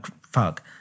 fuck